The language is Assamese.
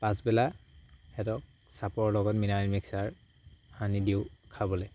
পাছবেলা সেহঁতক চাপৰ লগত মিনাৰেল মিক্সাৰ সানি দিওঁ খাবলে